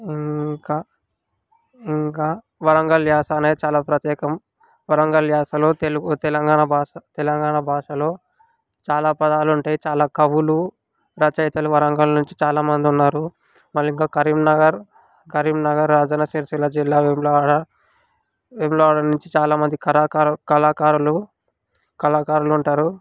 ఇంకా ఇంకా వరంగల్ యాస అనేది చాలా ప్రత్యేకం వరంగల్ యాసలో తెలుగు తెలంగాణ భాష తెలంగాణ భాషలో చాలా పదాలు ఉంటాయి చాలా కవులు రచయతలు వరంగల్ నుంచి చాలామంది ఉన్నారు వాళ్లు ఇంకా కరీంనగర్ కరీంనగర్ రాజన్నా సిరిసిల్లా జిల్లా వేములవాడ వేములవాడ నుంచి చాలామంది కరాకారులు కళకారులు కళకారులు ఉంటారు